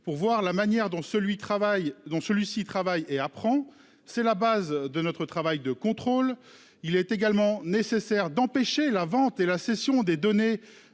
celui travail dont celui-ci travaille hé apprends c'est la base de notre travail de contrôle. Il est également nécessaire d'empêcher la vente et la cession des données